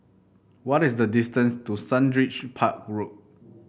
what is the distance to Sundridge Park Road